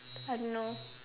I don't know